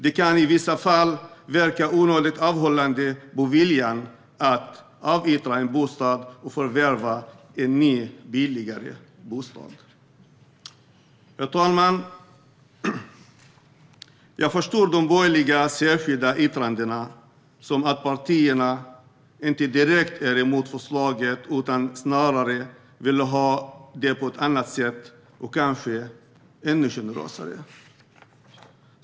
Det kan i vissa fall verka onödigt avhållande på viljan att avyttra en bostad och förvärva en ny billigare bostad. Herr talman! Jag förstår de borgerligas särskilda yttranden som att partierna inte direkt är emot förslaget utan snarare vill ha det på annat sätt och kanske ännu generösare.